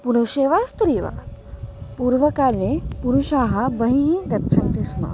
पुरुषो वा स्त्री वा पूर्वकाले पुरुषाः बहिः गच्छन्ति स्म